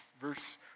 Verse